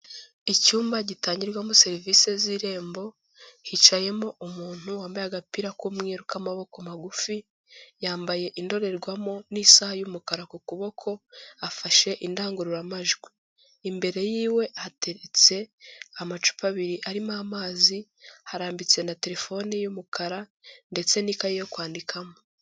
Icyumba gitangirwamo serivisi z'irembo hicayemo umuntu wambaye agapira k'umweru k'amaboko magufi yambaye indorerwamo n'isaha y'umukara ku kuboko afashe indangururamajwi imbere yiwe hateretse amacupa abiri arimo amazi harambitse na terefone y'umukara ndetse n'ikayi yo kwandikamo.